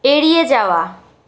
এড়িয়ে যাওয়া